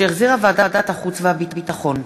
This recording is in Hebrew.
שהחזירה ועדת החוץ והביטחון,